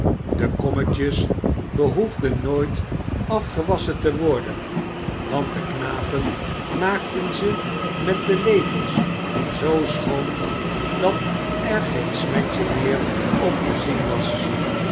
de kommetjes behoefden nooit afgewasschen te worden want de knapen maakten ze met de lepels zoo schoon dat er geen smetje meer op te zien was